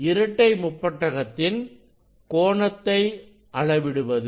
இரட்டை முப்பட்டகத்தின் கோணத்தை அளவிடுவது